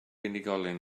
unigolyn